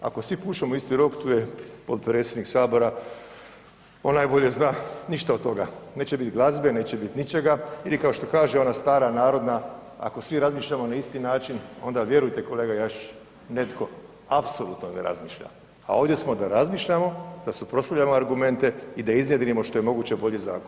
Ako svi pušemo u isti rog tu je potpredsjednik sabora, on najbolje zna, ništa od toga, neće biti glazbe, neće biti ničega ili kao što kaže ona stara narodna ako svi razmišljamo na isti način onda vjerujte kolega Jakšić netko apsolutno ne razmišlja, a ovdje smo da razmišljamo, da suprotstavljamo argumente i da iznjedrimo što je moguće bolji zakon.